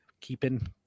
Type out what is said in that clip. Keeping